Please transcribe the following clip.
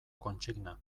kontsigna